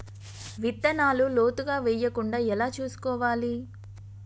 విత్తనాలు లోతుగా వెయ్యకుండా ఎలా చూసుకోవాలి?